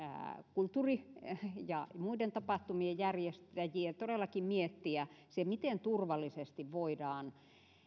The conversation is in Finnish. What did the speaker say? kulttuuri ja muiden tapahtumien järjestäjien todellakin miettiä se miten turvallisesti voidaan